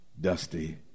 dusty